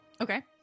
Okay